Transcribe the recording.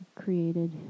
created